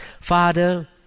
Father